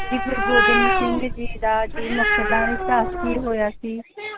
ਜੀ ਗੁਰੂ ਗੋਬਿੰਦ ਸਿੰਘ ਜੀ ਦਾ ਜੀ ਮੁਕਤਸਰ ਦਾ ਇਤਿਹਾਸ ਕੀ ਹੋਇਆ ਸੀ